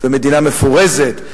במדינה מפורזת,